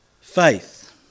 faith